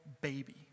baby